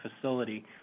facility